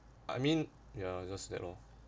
I mean ya just that lor